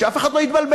שאף אחד לא יתבלבל,